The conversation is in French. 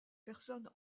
personne